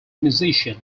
musician